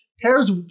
Pairs